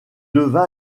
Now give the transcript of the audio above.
leva